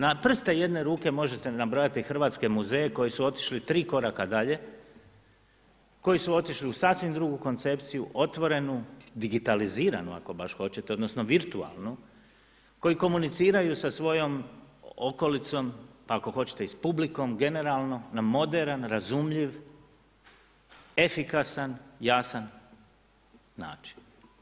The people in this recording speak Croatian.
Na prste jedne ruke možete nabrojati hrvatske muzeje koji su otišli 3 koraka dalje, koji su otišli u sasvim drugu koncepciju, otvorenu, digitaliziranu ako baš hoćete odnosno virtualnu, koji komuniciraju sa svojom okolicom pa ako hoćete i sa publikom generalno, na moderan, razumljiv, efikasan, jasan način.